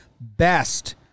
best